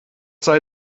sei